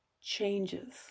changes